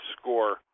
score